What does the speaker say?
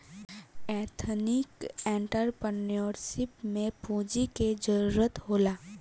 ethnic entrepreneurship में पूंजी के जरूरत होला